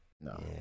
No